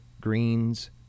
greens